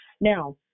Now